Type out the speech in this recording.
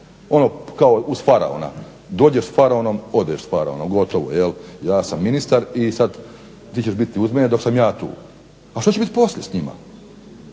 ono kao uz faraona. Dođeš s faraonom, odeš s faraonom. Gotovo jel, ja sam ministar i sada ti ćeš biti uz mene dok sam ja tu. A što će biti poslije s njima?